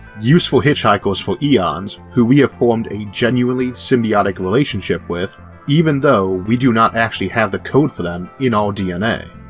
useful hitchhikers for eons who we've formed a genuinely symbiotic relationship with even though we do not actually have code for them in our dna.